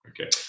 Okay